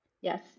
Yes